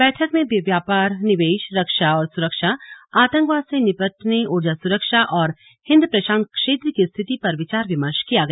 बैठक में व्यापार निवेश रक्षा और सुरक्षा आतंकवाद से निपटने ऊर्जा सुरक्षा और हिंद प्रशांत क्षेत्र की स्थिति पर विचार विमर्श किया गया